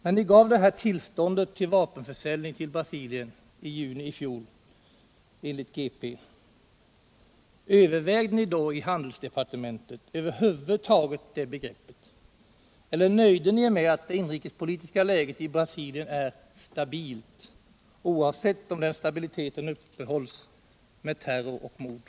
När ni gav det här tillståndet till vapenförsäljning till Brasilien i juni i fjol, enligt G-P, övervägde ni då i handelsdepartementet över huvud taget det begreppet? Eller nöjde ni er med att det inrikespolitiska läget i Brasilien är ”stabilt”, oavsett om den stabiliteten uppehålls med terror och mord?